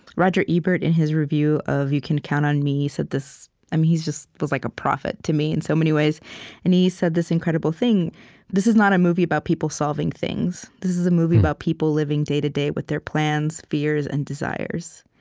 roger ebert, in his review of you can count on me, said this um he just was like a prophet, to me, in so many ways and he said this incredible thing this is not a movie about people solving things. this is a movie about people living day-to-day with their plans, fears, and desires.